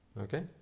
okay